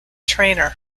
trainer